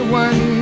one